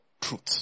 truth